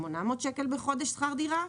בשכונת רמת אשכול בלוד היתה 800 שקל בחודש שכר דירה.